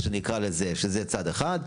שזה צד אחד,